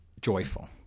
joyful